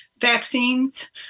vaccines